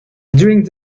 during